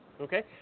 Okay